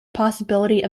possibility